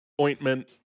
ointment